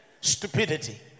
stupidity